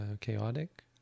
chaotic